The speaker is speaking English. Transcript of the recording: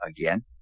again